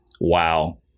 Wow